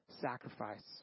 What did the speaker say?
sacrifice